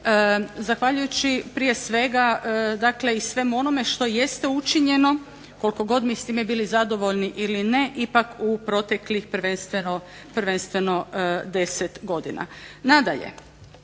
zahvaljujući prije svega, dakle i svemu onome što jeste učinjeno koliko god mi s time bili zadovoljni ili ne ipak u proteklih prvenstveno deset godina. Nadalje,